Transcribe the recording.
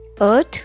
Earth